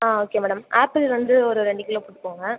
ஆ okay madam apple வந்து ஒரு ரெண்டு கிலோ போட்டுக்கோங்க